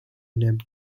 named